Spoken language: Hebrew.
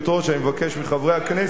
אני מבקש מחברי הכנסת,